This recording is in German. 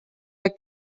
der